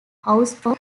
austro